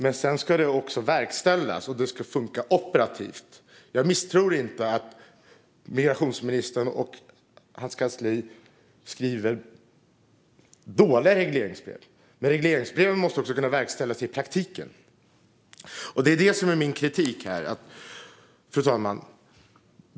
Men sedan ska det också verkställas, och det ska funka operativt. Jag tror inte att migrationsministern och hans kansli skriver dåliga regleringsbrev, men regleringsbreven måste kunna verkställas i praktiken. Det är där jag har kritik. Fru talman!